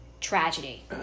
Tragedy